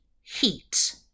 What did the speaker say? Heat